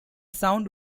sound